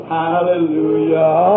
hallelujah